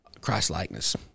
Christ-likeness